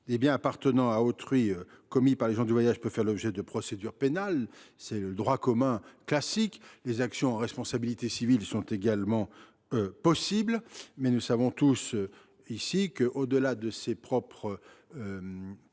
des biens appartenant à autrui commis par les gens du voyage peuvent faire l’objet de procédures pénales, dans le cadre du droit commun. Des actions en responsabilité civile sont également possibles. Mais nous savons tous ici que, au delà de ces procédures,